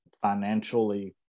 financially